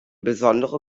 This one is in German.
besondere